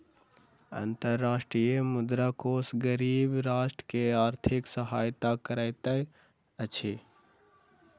अंतर्राष्ट्रीय मुद्रा कोष गरीब राष्ट्र के आर्थिक सहायता करैत अछि